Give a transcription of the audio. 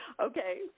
Okay